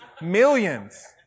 millions